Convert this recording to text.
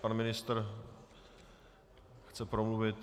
Pan ministr chce promluvit.